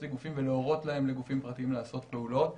לגופים ולהורות להם לגופים פרטיים לעשות פעולות.